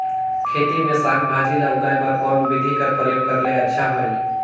खेती मे साक भाजी ल उगाय बर कोन बिधी कर प्रयोग करले अच्छा होयल?